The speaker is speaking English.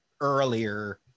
earlier